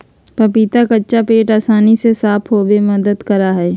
पपीता कच्चा पेट के आसानी से साफ होबे में मदद करा हइ